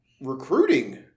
recruiting